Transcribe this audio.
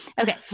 Okay